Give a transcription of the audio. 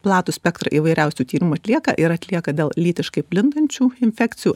platų spektrą įvairiausių tyrimų atlieka ir atlieka dėl lytiškai plintančių infekcijų